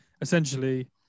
essentially